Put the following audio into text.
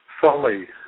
fully